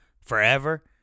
forever